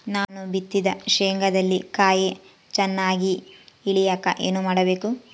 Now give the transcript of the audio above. ನಾನು ಬಿತ್ತಿದ ಶೇಂಗಾದಲ್ಲಿ ಕಾಯಿ ಚನ್ನಾಗಿ ಇಳಿಯಕ ಏನು ಮಾಡಬೇಕು?